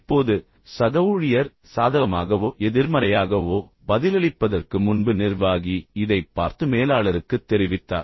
இப்போது சக ஊழியர் சாதகமாகவோ எதிர்மறையாகவோ பதிலளிப்பதற்கு முன்பு நிர்வாகி இதைப் பார்த்து மேலாளருக்குத் தெரிவித்தார்